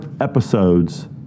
episodes